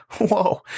Whoa